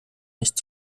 nicht